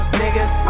niggas